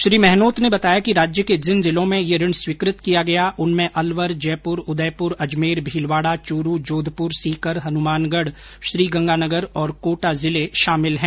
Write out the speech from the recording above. श्री महनोत ने बताया कि राज्य के जिन जिलों में यह ऋण स्वीकृत किया गया इनमें अलवर जयपुर उदयपुर अजमेर भीलवाड़ा चूरू जोधपुर सीकर हनुमानगढ़ श्रीगंगानगर एवं कोटा जिला शामिल हैं